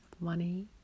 money